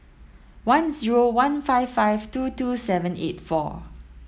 one zero one five five two two seven eight four